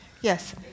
Yes